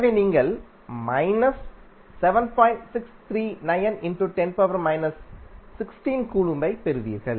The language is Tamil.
எனவே நீங்கள் மைனஸ்கூலொம்ப்பெறுவீர்கள்